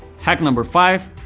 hack number five,